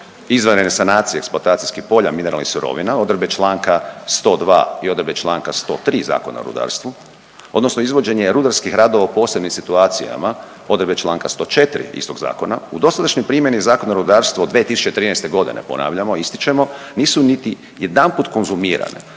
izvanredne sanacije eksploatacijskih polja mineralnih sirovina, odredbe Članka 102. i odredbe Članka 103. Zakona o rudarstvu odnosno izvođenje rudarskih radova u posebnim situacijama odredbe Članka 104. istog zakona u dosadašnjoj primjeni Zakona o rudarstvu od 2013. godine, ponavljamo ističemo nisu niti jedanput konzumirane